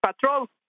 Patrol